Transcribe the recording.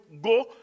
go